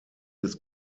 des